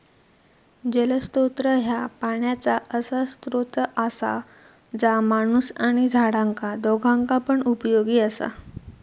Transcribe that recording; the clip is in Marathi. जलस्त्रोत ह्या पाण्याचा असा स्त्रोत असा जा माणूस आणि झाडांका दोघांका पण उपयोगी असा